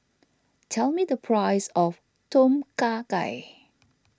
tell me the price of Tom Kha Gai